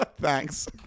Thanks